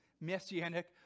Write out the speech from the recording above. messianic